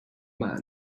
man